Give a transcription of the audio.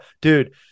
Dude